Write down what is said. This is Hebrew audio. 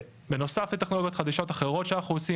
בנוסף לטכנולוגיות חדישות אחרות שאנחנו עושים,